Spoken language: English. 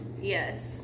Yes